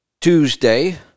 tuesday